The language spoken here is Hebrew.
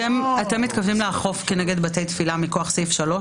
אתם מתכוונים לאכוף כנגד בתי תפילה מכוח סעיף 3?